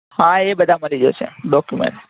હા એ બધાં મળી જશે ડૉક્યુમૅન્ટ